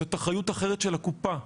זאת אחריות אחרת של הקופה,